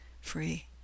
free